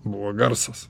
buvo garsas